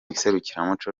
iserukiramuco